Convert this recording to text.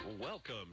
Welcome